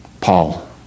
Paul